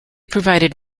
provided